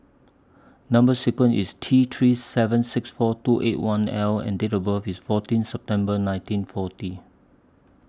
Number sequence IS T three seven six four two eight one L and Date of birth IS fourteen September nineteen forty